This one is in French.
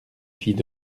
fille